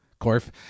Corf